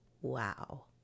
Wow